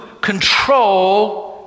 control